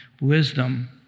Wisdom